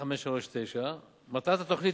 1539. מטרת התוכנית,